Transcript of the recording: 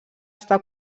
està